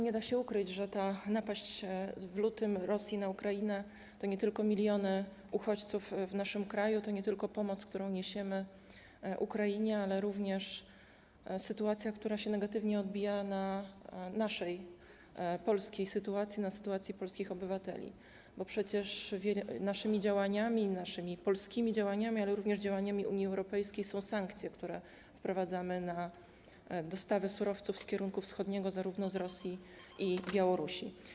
Nie da się ukryć, że napaść w lutym Rosji na Ukrainę to nie tylko miliony uchodźców w naszym kraju, to nie tylko pomoc, którą niesiemy Ukrainie, ale to również sytuacja, która się negatywnie odbija na naszej polskiej sytuacji, na sytuacji polskich obywateli, bo przecież naszymi działaniami, naszymi polskimi działaniami, ale również działaniami Unii Europejskiej są sankcje, które wprowadzamy na dostawę surowców z kierunku wschodniego, zarówno z Rosji, jak i z Białorusi.